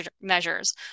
measures